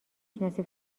شناسی